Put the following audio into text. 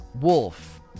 Wolf